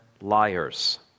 liars